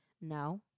No